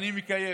אני מקיים.